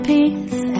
Peace